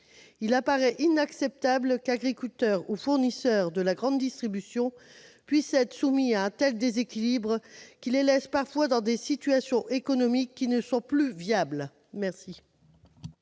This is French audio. Il paraît inacceptable qu'agriculteurs ou fournisseurs de la grande distribution puissent être soumis à un tel déséquilibre, qui les laisse parfois dans des situations économiques qui ne sont plus viables. Quel